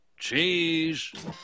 cheese